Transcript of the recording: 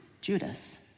Judas